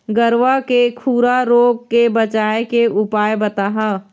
गरवा के खुरा रोग के बचाए के उपाय बताहा?